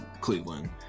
Cleveland